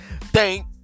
thank